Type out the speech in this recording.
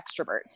extrovert